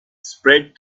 spread